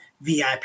VIP